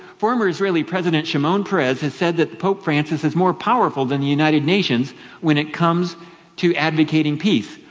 former israeli president shimon peres has said that pope francis is more powerful than united nations when it comes to advocating peace.